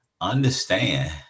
understand